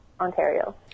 Ontario